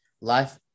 life